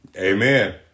Amen